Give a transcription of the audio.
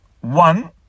One